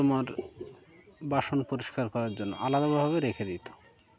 তোমার বাসন পরিষ্কার করার জন্য আলাদাভাবে রেখে দিতো